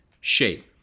shape